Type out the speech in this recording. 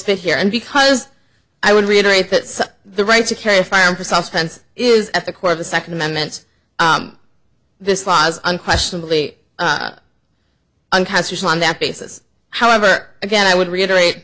to here and because i would reiterate that the right to carry a firearm for self defense is at the core of the second amendment this law is unquestionably on castors on that basis however again i would reiterate